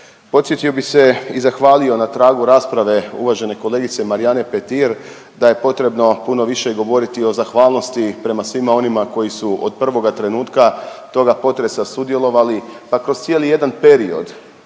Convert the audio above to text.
Podsjetio bih se i zahvalio na tragu rasprave uvažene kolegice Marijane Petir da je potrebno puno više govoriti o zahvalnosti prema svima onima koji su od prvoga trenutka toga potresa sudjelovali, a kroz cijeli jedan period